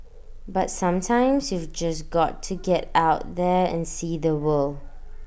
but sometimes you've just got to get out there and see the world